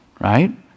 right